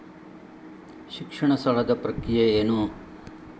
ಶಿಕ್ಷಣ ಸಾಲದ ಪ್ರಕ್ರಿಯೆ ಏನು?